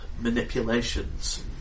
manipulations